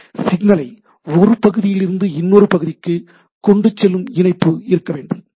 சிக்னலை ஒரு பகுதியிலிருந்து இன்னொரு பகுதிக்கு கொண்டு செல்லும் இணைப்பு இருக்க வேண்டும் சரி